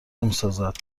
میسازد